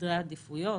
סדרי עדיפויות,